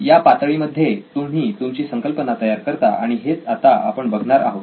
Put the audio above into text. या पातळी मध्ये तुम्ही तुमची संकल्पना तयार करता आणि हेच आता आपण बघणार आहोत